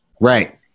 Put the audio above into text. right